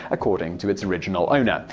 according to its original owner.